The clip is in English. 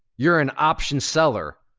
you're an option seller.